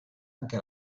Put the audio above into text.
anche